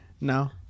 No